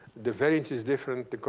the variance is different.